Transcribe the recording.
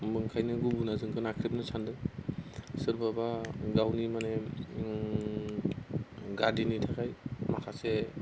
ओंखायनो गुबुना जोंखो नाख्रेबनो सान्दों सोरबाबा गावनि माने गादिनि थाखाय माखासे